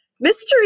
mystery